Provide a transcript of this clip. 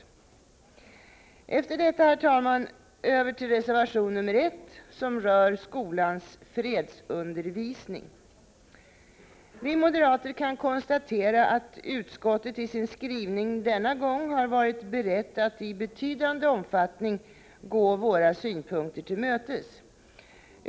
Efter detta, herr talman, över till reservation nr 1, som rör skolans fredsundervisning. Vi moderater kan konstatera att utskottet i sin skrivning denna gång har varit berett att i betydande omfattning gå våra synpunkter till mötes.